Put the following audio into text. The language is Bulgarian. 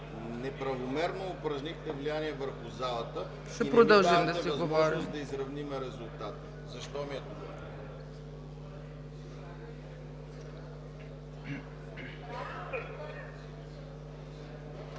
Ще продължим да си говорим.